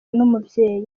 n’umubyeyi